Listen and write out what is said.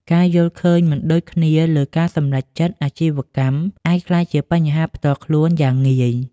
ការយល់ឃើញមិនដូចគ្នាលើការសម្រេចចិត្តអាជីវកម្ម អាចក្លាយជាបញ្ហាផ្ទាល់ខ្លួនយ៉ាងងាយ។